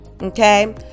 okay